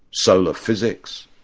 solar physics,